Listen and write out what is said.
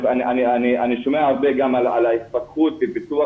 אני שומע הרבה גם על ההתפתחות ופיתוח